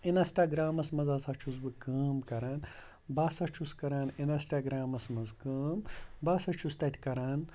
اِنسٹاگرٛامَس منٛز ہسا چھُس بہٕ کٲم کَران بہٕ ہسا چھُس کَران اِنَسٹاگرٛامَس منٛز کٲم بہٕ ہسا چھُس تَتہِ کَران